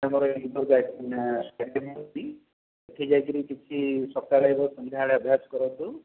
ଆମର ଏଠି ଯାଇକିନା ସେଠି ଯାଇକିରି କିଛି ସକାଳେ ଏବଂ ସନ୍ଧ୍ୟାବେଳେ ଅଭ୍ୟାସ କରନ୍ତୁ